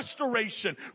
restoration